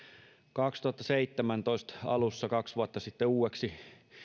kaksituhattaseitsemäntoista alussa kaksi vuotta sitten uudeksi